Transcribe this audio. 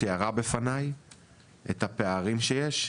תיארה בפניי את הפערים שיש,